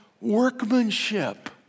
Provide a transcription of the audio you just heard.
workmanship